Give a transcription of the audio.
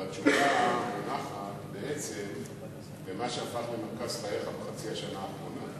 אבל התשובה מונחת בעצם במה שהפך למרכז חייך בחצי השנה האחרונה.